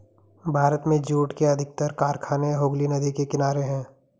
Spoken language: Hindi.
भारत में जूट के अधिकतर कारखाने हुगली नदी के किनारे हैं